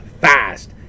fast